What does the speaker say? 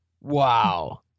Wow